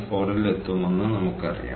4 ൽ എത്തുമെന്ന് നമുക്കറിയാം